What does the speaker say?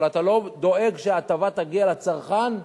אבל אתה לא דואג שההטבה תגיע לצרכן,